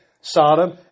Sodom